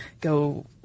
go